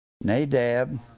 Nadab